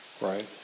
Right